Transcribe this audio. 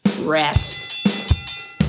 Rest